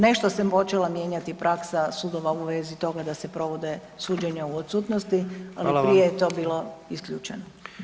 Nešto se počela mijenjati praksa sudova u vezi toga da se provode suđenja u odsutnosti, ali prije je to bilo isključeno.